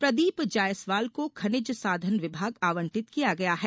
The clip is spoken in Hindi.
प्रदीप जायसवाल को खनिज साधन विभाग आवंटित किया गया है